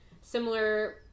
similar